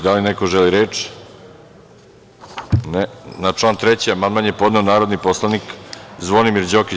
Da li neko želi reč? (Ne.) Na član 3. amandman je podneo narodni poslanik Zvonimir Đokić.